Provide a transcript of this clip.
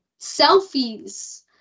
selfies